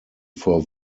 vor